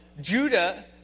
Judah